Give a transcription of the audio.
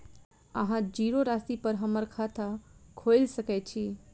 अहाँ जीरो राशि पर हम्मर खाता खोइल सकै छी?